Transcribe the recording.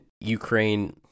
Ukraine